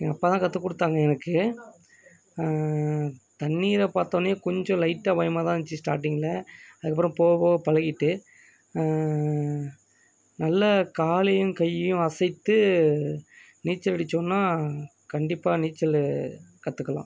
எங்கள் அப்பா தான் கற்றுக்குடுத்தாங்க எனக்கு தண்ணீரை பார்த்தோன்னே கொஞ்சம் லைட்டா பயமாக தான் இருந்துச்சி ஸ்டார்டிங்கில் அதுக்கப்புறம் போக போக பழகிட்டு நல்ல காலையும் கையையும் அசைத்து நீச்சல் அடிச்சோம்னா கண்டிப்பா நீச்சல் கற்றுக்கலாம்